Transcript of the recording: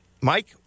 Mike